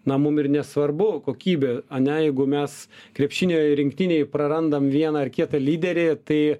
na mum ir nesvarbu kokybė ane jeigu mes krepšinio rinktinėj prarandam vieną ar kitą lyderį tai